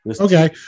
Okay